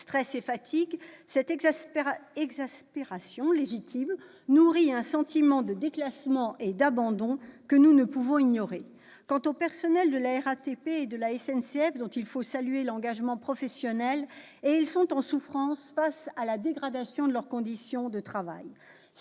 stress et fatigue ... Cette exaspération légitime nourrit un sentiment de déclassement et d'abandon que nous ne pouvons ignorer. Quant aux personnels de la RATP et de la SNCF, dont il faut saluer l'engagement professionnel, ils sont en souffrance face à la dégradation de leurs conditions de travail.